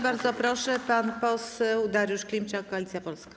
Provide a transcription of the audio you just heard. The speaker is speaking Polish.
Bardzo proszę, pan poseł Dariusz Klimczak, Koalicja Polska.